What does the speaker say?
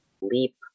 leap